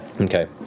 Okay